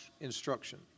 instruction